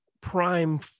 Prime